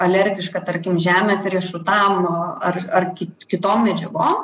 alergiška tarkim žemės riešutams ar ar ark kitom medžiagom